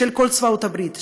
של כל צבאות הברית,